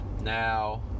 Now